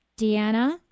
Deanna